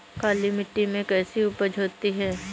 काली मिट्टी में कैसी उपज होती है?